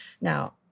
Now